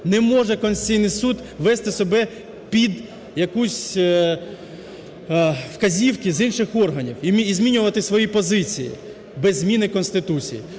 Не може Конституційний Суд вести себе під якусь... вказівки з інших органів і змінювати свої позиції без зміни Конституції.